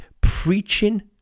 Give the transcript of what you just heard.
preaching